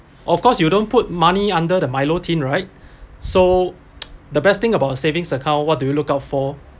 of course you don't put money under the milo tin right so the best thing about savings account what do you look out for